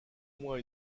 moins